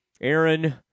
Aaron –